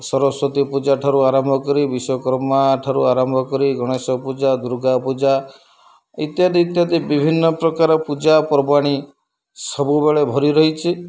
ସରସ୍ଵତୀ ପୂଜାଠାରୁ ଆରମ୍ଭ କରି ବିଶ୍ୱକର୍ମା ଠାରୁ ଆରମ୍ଭ କରି ଗଣେଶ ପୂଜା ଦୁର୍ଗା ପୂଜା ଇତ୍ୟାଦି ଇତ୍ୟାଦି ବିଭିନ୍ନ ପ୍ରକାର ପୂଜା ପର୍ବାଣି ସବୁବେଳେ ଭରି ରହିଛି